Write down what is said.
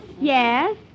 Yes